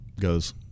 goes